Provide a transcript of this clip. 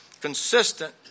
Consistent